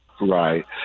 Right